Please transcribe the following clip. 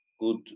good